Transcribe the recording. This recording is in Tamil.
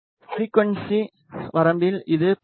ஃபிரிக்குவன்ஸி வரம்பில் இது 10 டி